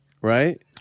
Right